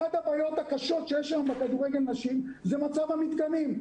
אחת הבעיות הקשות שיש היום בכדורגל נשים זה מצב המתקנים.